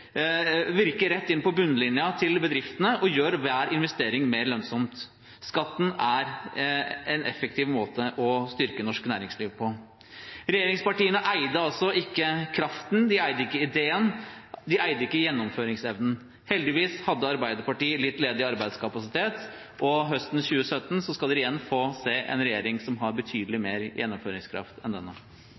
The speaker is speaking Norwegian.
hver investering mer lønnsom. Skatten er en effektiv måte å styrke norsk næringsliv på. Regjeringspartiene eide altså ikke kraften, de eide ikke ideen, de eide ikke gjennomføringsevnen. Heldigvis hadde Arbeiderpartiet litt ledig arbeidskapasitet, og høsten 2017 skal dere igjen få se en regjering som har betydelig mer gjennomføringskraft enn denne.